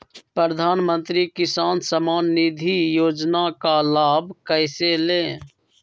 प्रधानमंत्री किसान समान निधि योजना का लाभ कैसे ले?